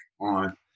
on